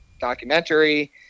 documentary